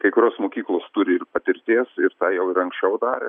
kai kurios mokyklos turi ir patirties ir tą jau ir anksčiau darė